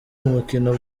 umukino